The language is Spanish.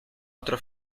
otro